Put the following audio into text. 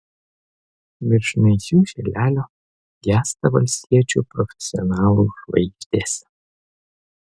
virš naisių šilelio gęsta valstiečių profesionalų žvaigždės